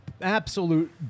absolute